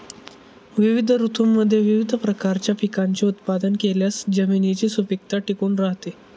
विविध ऋतूंमध्ये विविध प्रकारच्या पिकांचे उत्पादन केल्यास जमिनीची सुपीकता टिकून राहते